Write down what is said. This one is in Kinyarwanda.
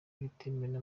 bitemewe